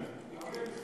שנה.